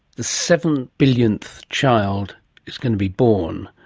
the seven billionth child is going to be born,